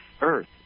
Earth